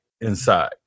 inside